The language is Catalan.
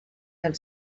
del